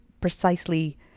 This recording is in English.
precisely